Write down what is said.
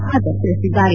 ಖಾದರ್ ತಿಳಿಸಿದ್ದಾರೆ